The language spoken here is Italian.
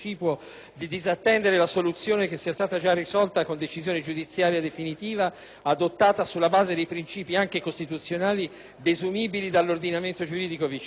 di disattendere la soluzione che sia stata già risolta con decisione giudiziaria definitiva adottata sulla base dei principi, anche costituzionali, desumibili dall'ordinamento giuridico vigente.